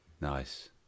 Nice